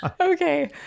Okay